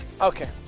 okay